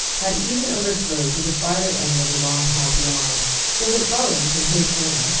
had even overflowed to the farther end of the long hall beyond so that bowen, from his corner,